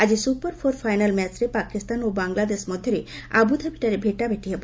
ଆଜି super four final ମ୍ୟାଚ୍ରେ ପାକିସ୍ତାନ ଓ ବାଙ୍ଗଲାଦେଶ ମଧ୍ୟରେ ଆବୁଧାବିଠାରେ ଭେଟାଭେଟି ହେବ